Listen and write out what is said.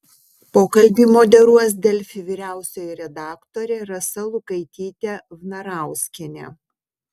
pokalbį moderuos delfi vyriausioji redaktorė rasa lukaitytė vnarauskienė